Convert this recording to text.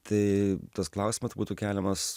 tai tas klausimas būtų keliamas